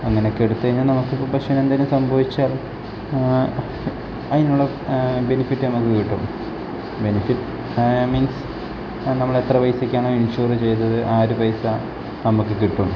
അങ്ങനെയൊക്കെ എടുത്ത് കഴിഞ്ഞാൽ നമുക്ക് ഇപ്പം പക്ഷെ എന്തെങ്കിലും സംഭവിച്ചാലും അതിനുള്ള ബെനിഫിറ്റ് നമുക്ക് കിട്ടും ബെനിഫിറ്റ് മീൻസ് നമ്മൾ എത്ര പൈസക്കാണ് ഇൻഷൂറ് ചെയ്തത് ആര് പൈസ നമ്മൾക്ക് കിട്ടും